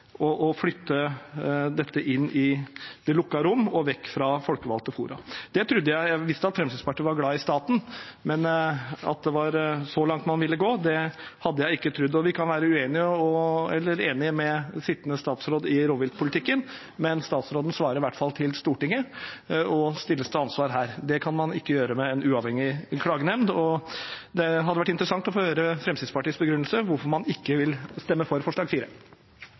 være å flytte dette inn i det lukkede rom og vekk fra folkevalgte fora. Jeg visste at Fremskrittspartiet var glad i staten, men at det var så langt man ville gå, hadde jeg ikke trodd. Vi kan være uenig eller enig med sittende statsråd i rovviltpolitikken, men statsråden svarer i hvert fall til Stortinget og stilles til ansvar her. Det kan man ikke gjøre med en uavhengig klagenemnd. Det hadde vært interessant å få høre Fremskrittspartiets begrunnelse for hvorfor man ikke vil stemme for forslag